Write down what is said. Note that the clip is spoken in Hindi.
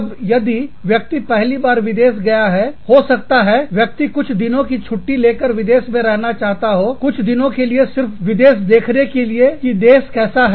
तब यदि व्यक्ति पहली बार विदेश गया है हो सकता है व्यक्ति कुछ दिनों की छुट्टी लेकर विदेश में रहना चाहता हो कुछ दिनों के लिए सिर्फ विदेश देखने के लिए की देश कैसा है